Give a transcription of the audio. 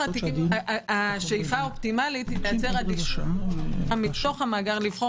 השאיפה היא לייצר אדישות מתוך המאגר לבחור